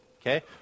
okay